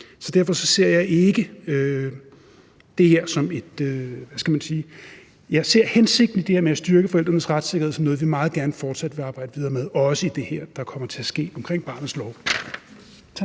bedre til at anbringe samlet set. Derfor ser jeg hensigten med det her med at styrke forældrenes retssikkerhed som noget, vi meget gerne vil fortsætte at arbejde videre med, også i det her, der kommer til at ske omkring barnets lov. Tak.